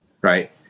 right